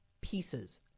pieces